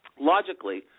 Logically